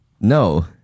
No